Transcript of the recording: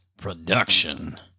production